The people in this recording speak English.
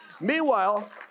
Meanwhile